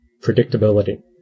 predictability